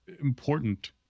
important